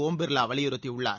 ஒம் பிர்லா வலியுறுத்தியுள்ளார்